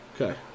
Okay